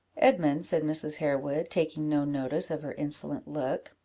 edmund, said mrs. harewood, taking no notice of her insolent look,